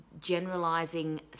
generalizing